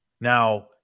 Now